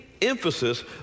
emphasis